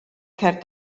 cerdd